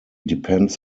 depends